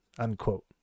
Unquote